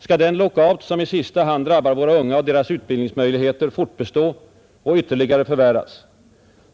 Skall den lockout som i sista hand drabbar våra unga och deras utbildningsmöjligheter fortbestå och ytterligare förvärras?